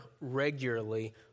regularly